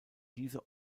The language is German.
diese